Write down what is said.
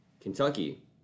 Kentucky